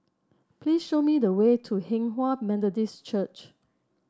please show me the way to Hinghwa Methodist Church